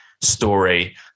story